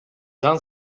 жан